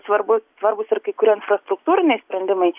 svarbu svarbūs ir kai kurie infrastruktūriniai sprendimai